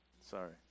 sorry